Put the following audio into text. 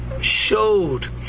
showed